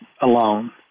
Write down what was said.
alone